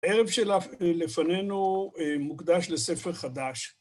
הערב שלפנינו מוקדש לספר חדש.